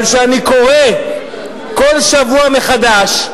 אבל כשאני קורא כל שבוע מחדש,